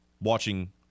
watching